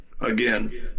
again